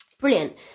Brilliant